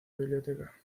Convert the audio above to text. biblioteca